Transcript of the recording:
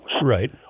Right